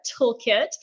Toolkit